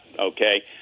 Okay